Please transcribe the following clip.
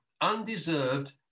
undeserved